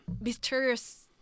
mysterious